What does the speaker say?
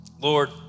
Lord